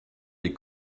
des